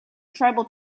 tribal